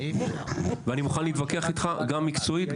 ואני מוכן להתווכח איתך גם מקצועית,